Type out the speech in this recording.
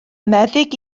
meddyg